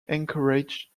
encouraged